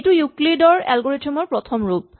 এইটো ইউক্লিডৰ এলগৰিথম ৰ প্ৰথম ৰূপ